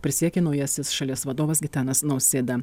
prisiekė naujasis šalies vadovas gitanas nausėda